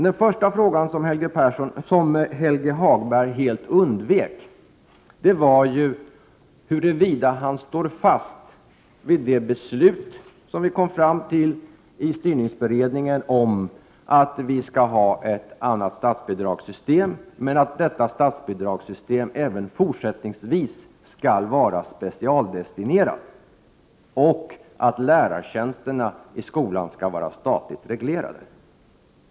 Den första frågan, som Helge Hagberg helt undvek, var huruvida han står fast vid det beslut som vi kom fram till i styrningsberedningen om att vi skall ha ett annat statsbidragssystem men att detta system även fortsättningsvis skall vara specialdestinerat och att lärartjänsterna i skolan skall vara statligt reglerade.